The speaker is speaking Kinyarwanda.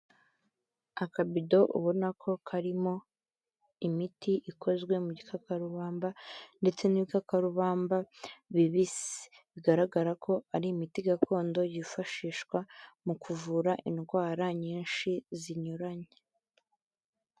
Akabido ubona ko karimo imiti ikozwe mu gikakarubanda ndetse n'ibikakarubamba bibisi, bigaragara ko ari imiti gakondo yifashishwa mu kuvura indwara nyinshi zinyuranye.